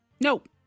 Nope